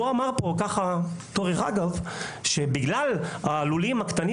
והוא אמר פה כדרך אגב שבגלל הלולים הקטנים